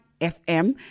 fm